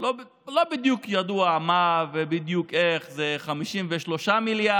ולא בדיוק ידוע מה ואיך בדיוק, זה 53 מיליארד,